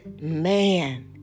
man